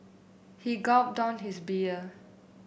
he gulped down his beer